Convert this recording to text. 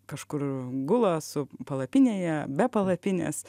kažkur gula su palapinėje be palapinės